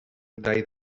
tall